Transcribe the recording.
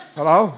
Hello